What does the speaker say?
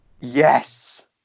Yes